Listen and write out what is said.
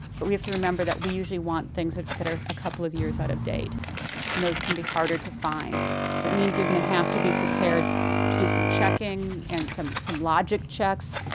but we have to remember that we usually want things that that are a couple of years out of date and those can be harder to find, so it means you're going to have to be prepared to do some checking and some some logic checks.